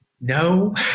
no